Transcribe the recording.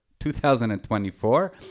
2024